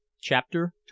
Chapter